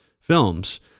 films